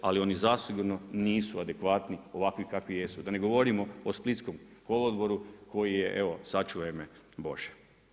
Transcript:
Ali oni zasigurno nisu adekvatni ovakvi kakvi jesu, da ne govorimo o splitskom kolodvoru koji je evo sačuvaj me Bože.